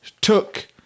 took